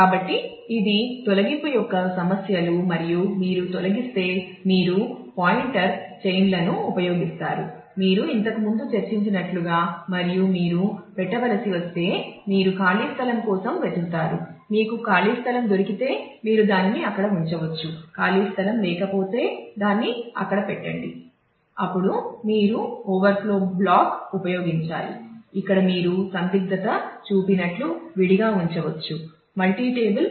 కాబట్టి ఇది తొలగింపు యొక్క సమస్యలు మరియు మీరు తొలగిస్తే మీరు పాయింటర్ చైన్లో ఉంచవచ్చు